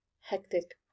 hectic